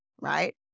Right